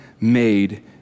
made